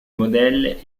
modèle